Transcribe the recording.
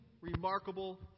remarkable